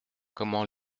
comment